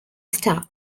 star